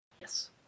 Yes